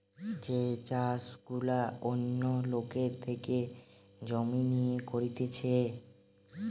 যে চাষ গুলা অন্য লোকের থেকে জমি লিয়ে করতিছে